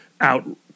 out